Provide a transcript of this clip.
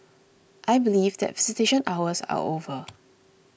I believe that visitation hours are over